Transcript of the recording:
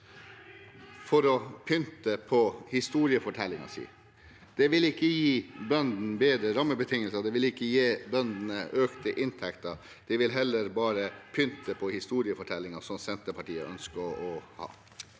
for å pynte på historiefortellingen sin. Det vil ikke gi bøndene bedre rammebetingelser, det vil ikke gi bøndene økte inntekter. Det vil bare pynte på historiefortellingen, sånn Senterpartiet ønsker å ha